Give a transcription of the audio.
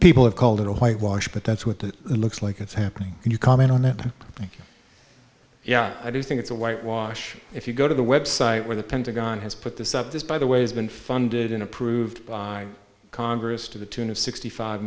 people have called it a whitewash but that's what that looks like it's happening and you comment on it thank you yeah i do think it's a whitewash if you go to the website where the pentagon has put this up this by the way has been funded in approved by congress to the tune of sixty five